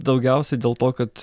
daugiausiai dėl to kad